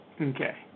Okay